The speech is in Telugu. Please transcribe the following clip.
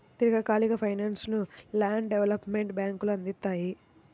దీర్ఘకాలిక ఫైనాన్స్ను ల్యాండ్ డెవలప్మెంట్ బ్యేంకులు అందిత్తాయి